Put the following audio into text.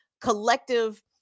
collective